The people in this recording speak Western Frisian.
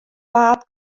paad